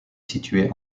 situé